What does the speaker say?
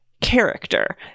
character